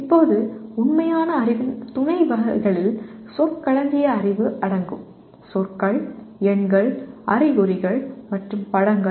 இப்போது உண்மை அறிவின் துணை வகைகளில் சொற்களஞ்சிய அறிவு அடங்கும் சொற்கள் எண்கள் அறிகுறிகள் மற்றும் படங்கள்